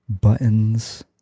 buttons